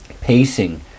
pacing